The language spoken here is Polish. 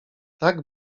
tak